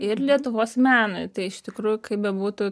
ir lietuvos menui tai iš tikrųjų kaip bebūtų